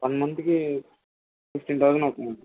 one మంత్కి fifteen thousand అవుతుందా